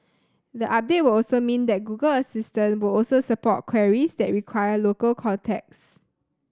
the update will also mean that Google Assistant will also support queries that require local context